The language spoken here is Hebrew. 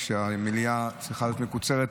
כשהמליאה צריכה להיות מקוצרת,